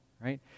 right